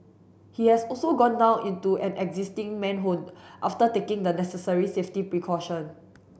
he has also gone down into an existing manhole after taking the necessary safety precaution